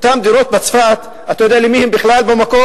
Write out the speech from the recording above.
אותן דירות בצפת, אתה יודע של מי הן בכלל במקור?